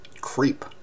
creep